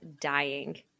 dying